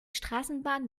straßenbahn